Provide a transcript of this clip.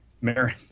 Marin